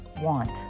Want